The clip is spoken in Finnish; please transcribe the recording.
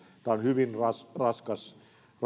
on hyvin raskas